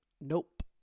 nope